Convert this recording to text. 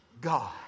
God